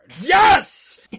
Yes